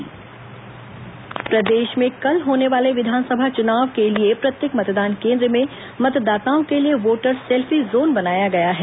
selfie zone प्रदेश में कल होने वाले विधानसभा चुनाव के लिए प्रत्येक मतदान केन्द्र में मतदाताओं के लिए वोटर सेल्फीजोन बनाया गया है